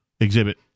exhibit